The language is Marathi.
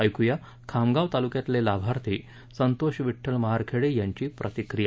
ऐकूया खामगाव तालुक्यातले लाभार्थी संतोष विड्ठल महारखेडे यांची प्रतिक्रिया